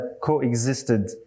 coexisted